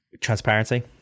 transparency